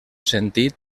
sentit